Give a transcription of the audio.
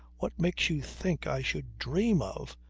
what makes you think i should dream of.